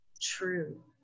true